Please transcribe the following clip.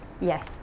yes